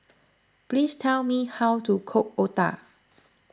please tell me how to cook Otah